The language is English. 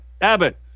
Abbott